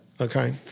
Okay